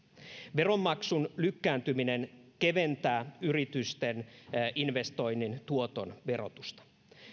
veronmaksun lykkääntyminen keventää yritysten investoinnin tuoton verotusta